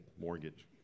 mortgage